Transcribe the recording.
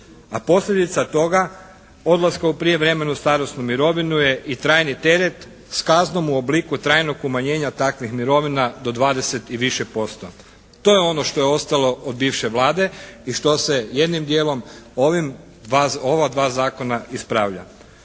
a posljedica toga odlaska u prijevremenu starosnu mirovinu je i trajni teret s kaznom u obliku trajnog umanjenja takvih mirovina do 20 i više posto. To je ono što je ostalo od bivše Vlade i što se jednim dijelom ova dva zakona ispravlja,